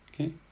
Okay